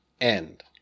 end